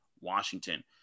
Washington